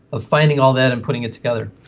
of finding all that and putting it together.